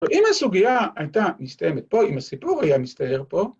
‫אבל אם הסוגיה הייתה מסתיימת פה, ‫אם הסיפור היה מסתייר פה...